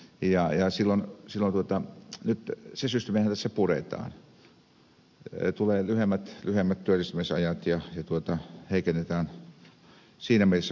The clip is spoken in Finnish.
pia ja sillan silakoita että se systeemihän tässä puretaan tulee lyhyemmät työllistymisajat ja heikennetään siinä mielessä monta asiaa